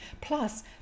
Plus